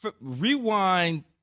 Rewind